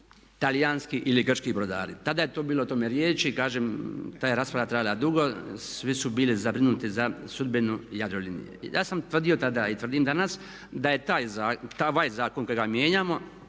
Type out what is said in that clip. talijanski ili grčki brodari. Tada je to bilo o tome riječi. Kažem, ta je rasprava trajala dugo, svi su bili zabrinuti za sudbinu Jadrolinije. Ja sam tvrdio tada i tvrdim danas da je taj zakon kojega mijenjamo